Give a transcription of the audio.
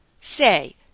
say